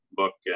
book